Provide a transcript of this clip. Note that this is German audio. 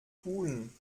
pulen